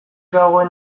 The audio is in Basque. dagoen